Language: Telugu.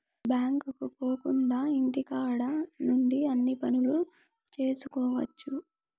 బ్యాంకుకు పోకుండా ఇంటికాడ నుండి అన్ని పనులు చేసుకోవచ్చు